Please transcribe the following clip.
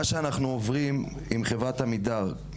מה שאנחנו עוברים עם חברת עמידר,